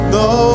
no